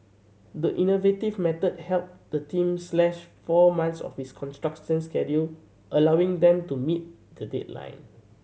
the innovative method helped the team slash four months off its construction schedule allowing them to meet the deadline